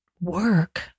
work